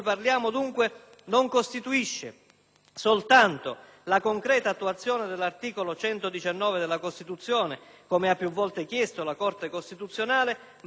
soltanto la concreta attuazione dell'articolo 119 della Costituzione, come ha più volte chiesto la Corte costituzionale, ma anche lo strumento attraverso il quale